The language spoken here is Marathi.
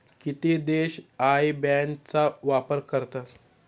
किती देश आय बॅन चा वापर करतात?